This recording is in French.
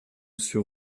sur